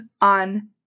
on